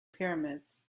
pyramids